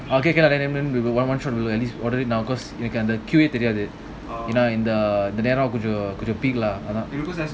okay can lah then then we will one one shot we will at least order it now cause தெரியாதுஎனாநேராகொஞ்சம்போய்டலாம்அதான்:theriathu yena nera konjam poidalam adhan